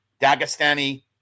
Dagestani